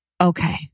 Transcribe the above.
okay